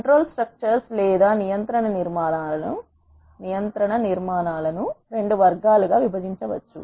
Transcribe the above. control structures లేదా నియంత్రణ నిర్మాణాలను 2 వర్గాలుగా విభజించవచ్చు